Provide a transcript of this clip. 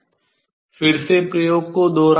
फिर से प्रयोग को दोहराए